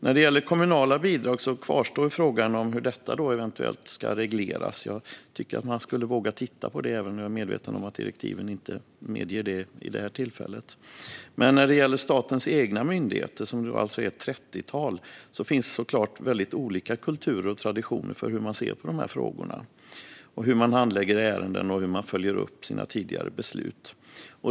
När det gäller kommunala bidrag kvarstår frågan om hur detta eventuellt ska regleras. Jag tycker att man skulle våga titta på det, även om jag är medveten om att direktiven inte medger det vid detta tillfälle. När det gäller statens egna myndigheter, runt ett trettiotal, finns det såklart olika kulturer och traditioner för hur man ser på dessa frågor, hur man handlägger ärenden och hur man följer upp sina tidigare beslut.